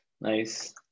Nice